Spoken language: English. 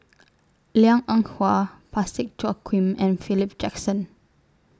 Liang Eng Hwa Parsick Joaquim and Philip Jackson